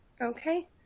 Okay